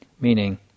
meaning